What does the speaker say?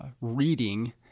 reading